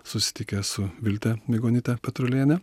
susitikęs su vilte migonyte petruliene